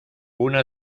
una